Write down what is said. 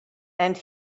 and